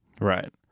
Right